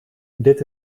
dit